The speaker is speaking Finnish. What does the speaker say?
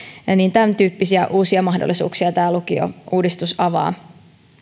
tämäntyyppisiä uusia mahdollisuuksia tämä lukiouudistus avaa